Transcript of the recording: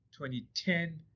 2010